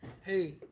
hey